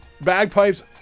bagpipes